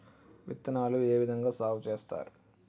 విత్తనాలు ఏ విధంగా సాగు చేస్తారు?